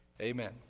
amen